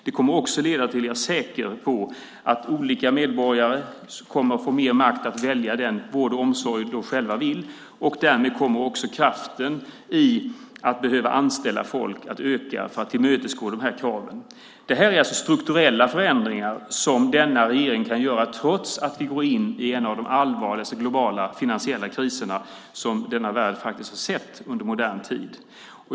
Det kommer också att leda till, är jag säker på, att olika medborgare kommer att få mer makt att välja den vård och omsorg de själva vill. Därmed kommer kraften i att behöva anställa folk att öka för att tillmötesgå de här kraven. Det här är strukturella förändringar som denna regering kan göra trots att vi går in i en av de allvarligaste globala finansiella kriserna som denna värld har sett under modern tid.